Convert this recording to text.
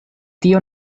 tio